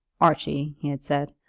archie, he had said,